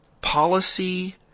policy